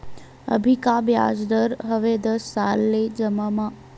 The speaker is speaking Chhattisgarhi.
अभी का ब्याज दर हवे दस साल ले जमा मा?